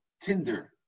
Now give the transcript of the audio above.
tinder